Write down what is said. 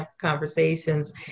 conversations